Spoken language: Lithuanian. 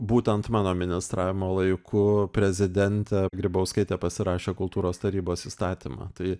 būtent mano ministravimo laiku prezidentė grybauskaitė pasirašė kultūros tarybos įstatymą tai